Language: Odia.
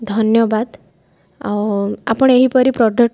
ଧନ୍ୟବାଦ ଆଉ ଆପଣ ଏହିପରି ପ୍ରଡ଼କ୍ଟ